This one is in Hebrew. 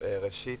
ראשית,